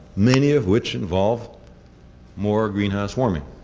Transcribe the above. many of which involve more greenhouse warming.